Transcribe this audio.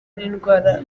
n’indwara